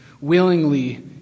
willingly